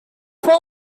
fort